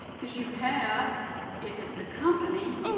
because you have if it's a company,